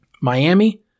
Miami